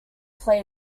play